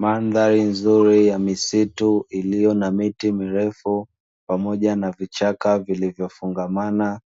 Mandhari nzuri ya misitu iliyo na miti mirefu, pamoja na vichaka vilivyofungamana,